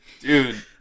Dude